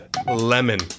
Lemon